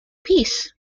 peace